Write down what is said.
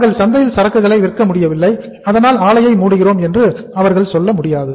நாங்கள் சந்தையில் சரக்குகளை விற்க முடியவில்லை அதனால் ஆலையை மூடுகிறோம் என்று அவர்கள் சொல்ல முடியாது